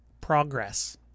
Progress